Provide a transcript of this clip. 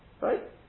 Right